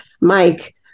Mike